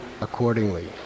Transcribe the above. accordingly